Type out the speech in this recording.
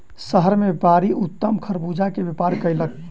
शहर मे व्यापारी उत्तम खरबूजा के व्यापार कयलक